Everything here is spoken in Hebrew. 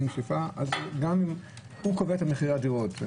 אז הוא קובע את מחיר הדירות.